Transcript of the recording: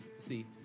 see